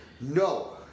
No